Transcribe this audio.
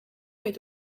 est